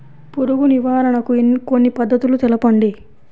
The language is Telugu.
పురుగు నివారణకు కొన్ని పద్ధతులు తెలుపండి?